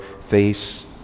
face